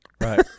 Right